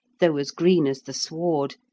though as green as the sward,